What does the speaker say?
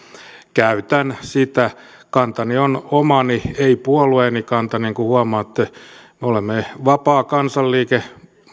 käytän sitä kantani on omani ei puolueeni kanta niin kuin huomaatte me olemme vapaa kansanliike